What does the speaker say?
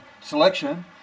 selection